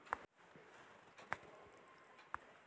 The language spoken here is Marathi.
जिरे भाजून रायतात टाकल्यावर रायताची चव खूप वाढते